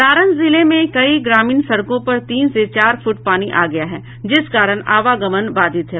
सारण जिले में कई ग्रामीण सड़कों पर तीन से चार फूट पानी आ गया है जिस कारण आवागमन बाधित हैं